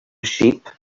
sheep